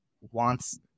wants